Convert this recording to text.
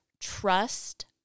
trust